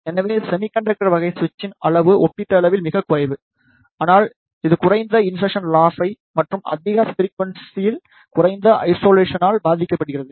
எனவே semiconductor வகை சுவிட்சின் அளவு ஒப்பீட்டளவில் மிகக் குறைவு ஆனால் இது குறைந்த இன்செர்சன் லாஸை மற்றும் அதிக ஃபிரிக்வன்சியில் குறைந்த ஐசோலேசனால் பாதிக்கப்படுகிறது